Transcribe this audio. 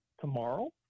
tomorrow